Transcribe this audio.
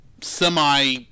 semi